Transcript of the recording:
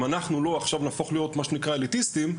אם אנחנו לא עכשיו נהפוך להיות מה שנקרא אליטיסטים,